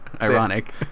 Ironic